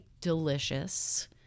delicious